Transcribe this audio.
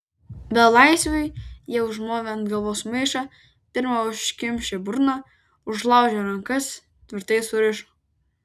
belaisviui jie užmovė ant galvos maišą pirma užkimšę burną užlaužė rankas tvirtai surišo